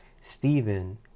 Stephen